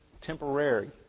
temporary